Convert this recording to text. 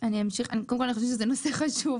אני חושבת שזה נושא חשוב,